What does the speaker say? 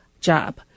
job